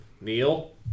neil